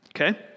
Okay